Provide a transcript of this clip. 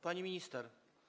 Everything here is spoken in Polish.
Pani Minister!